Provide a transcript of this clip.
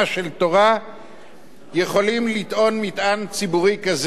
יכולים לטעון מטען ציבורי כזה על כתפיהם.